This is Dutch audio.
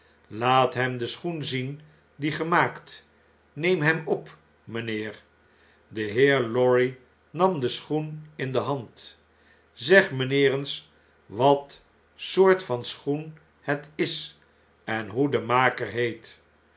laat hem den schoen zien dien ge maakt neem hem op mijnheer de heer lorry nam den schoen in de hand zeg mijnheer eens watsoortvan schoen het is en hoe de maker heet